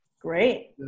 great